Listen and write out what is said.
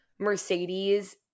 Mercedes